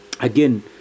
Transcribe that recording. Again